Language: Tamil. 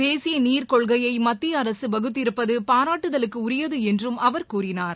தேசியநீர் கொள்கையைமத்தியஅரசுவகுத்திருப்பதபாராட்டுதலுக்குரியதுஎன்றும் அவர் கூறினார்